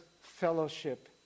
fellowship